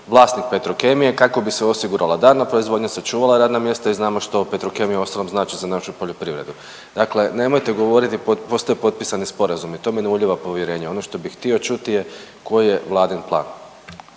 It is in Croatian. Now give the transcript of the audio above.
vlasnik Petrokemije kako bi se osigurala daljnja proizvodnja, sačuvala radna mjesta i znamo što Petrokemija uostalom znači za našu poljoprivredu. Dakle, nemojte govoriti, postoje potpisani sporazumi. To mi ne ulijeva povjerenje. Ono što bih htio čuti je koji je Vladin plan?